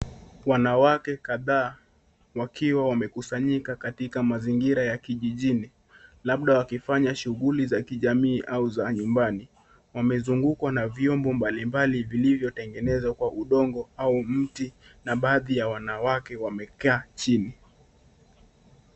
Wanawake kadhaa wakiwa wamekusanyika katika mazingira ya kijijini , labda wakifanya shughuli za kijamii au za nyumbani . Wamezungukwa na vyombo mbalimbali vilivyotengenezwa kwa udongo au mti na baadhi ya wanawake wamekaa chini.